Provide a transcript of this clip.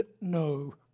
no